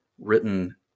written